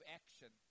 action